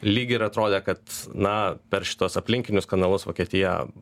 lyg ir atrodė kad na per šituos aplinkinius kanalus vokietija